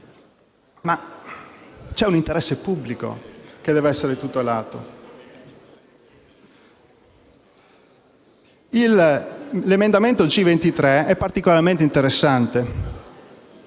ma c'è un interesse pubblico che deve essere tutelato. L'ordine del giorno G23 è particolarmente interessante: